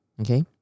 Okay